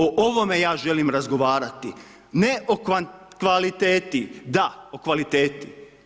Ovome ja želim razgovarati, ne o kvaliteti, da o kvaliteti.